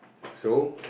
so